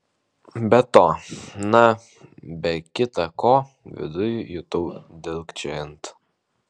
be to na be kita ko viduj jutau dilgčiojant